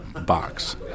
box